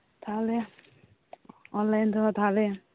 ᱛᱟᱦᱚᱞᱮ ᱚᱱᱞᱟᱭᱤᱱ ᱛᱮᱦᱚᱸ ᱛᱟᱦᱚᱞᱮ